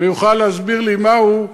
ויוכל להסביר לי מהו,